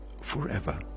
forever